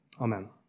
Amen